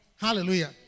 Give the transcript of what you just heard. Hallelujah